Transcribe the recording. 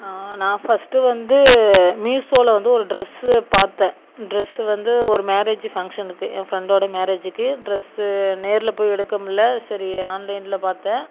நான் நான் ஃபஸ்ட்டு வந்து மீசோவில வந்து ஒரு ட்ரெஸ்ஸு பார்த்தேன் ட்ரெஸ் வந்து ஒரு மேரேஜ் ஃபங்க்ஷனுக்கு என் ஃப்ரெண்டோடய மேரேஜிக்கு ட்ரெஸ்ஸு நேரில் போய் எடுக்க முடில்ல சரி ஆன்லைன்ல பார்த்தேன்